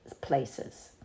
places